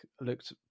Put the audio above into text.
looked